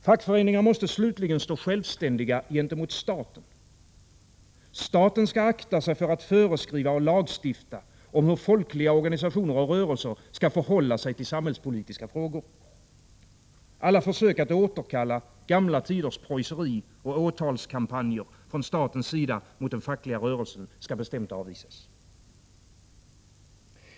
Fackföreningar måste slutligen stå självständiga gentemot staten. Staten skall akta sig för att föreskriva och lagstifta om hur folkliga organisationer och rörelser skall förhålla sig till samhällspolitiska frågor. Alla försök att återkalla gamla tiders preusseri och åtalskampanjer från statens sida mot den fackliga rörelsen skall bestämt avvisas.